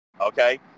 okay